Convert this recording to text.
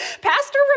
Pastor